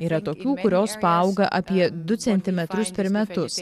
yra tokių kurios paauga apie du centimetrus per metus